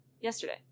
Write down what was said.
yesterday